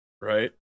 right